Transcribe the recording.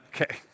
Okay